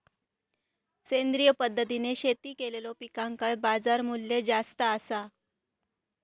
सेंद्रिय पद्धतीने शेती केलेलो पिकांका बाजारमूल्य जास्त आसा